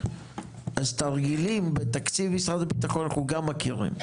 אז תרגילים בתקציב משרד הביטחון אנחנו גם מכירים.